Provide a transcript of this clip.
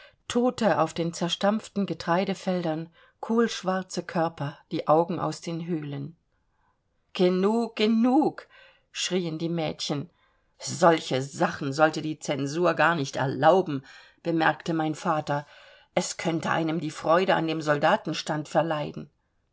tote auf den zerstampften getreidefeldern kohlschwarze körper die augen aus den höhlen genug genug schrieen die mädchen solche sachen sollte die censur gar nicht erlauben bemerkte mein vater es könnte einem die freude an dem soldatenstand verleiden